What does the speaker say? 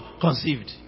Conceived